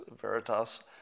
Veritas